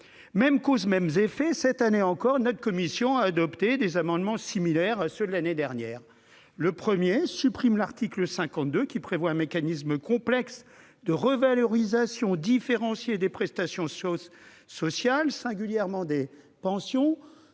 Mêmes causes, mêmes effets ! Cette année, notre commission a adopté deux amendements similaires à ceux de l'année dernière. Le premier vise à supprimer l'article 52, qui prévoit un mécanisme complexe de revalorisation différenciée des prestations sociales, et singulièrement des pensions,